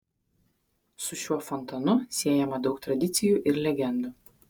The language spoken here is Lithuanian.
su šiuo fontanu siejama daug tradicijų ir legendų